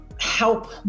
help